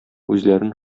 үзләрен